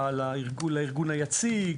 לארגון היציג,